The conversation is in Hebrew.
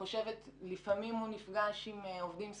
לפעמים הוא נפגש עם עובדים סוציאליים,